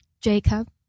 Jacob